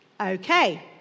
Okay